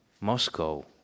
Moscow